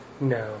No